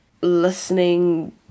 listening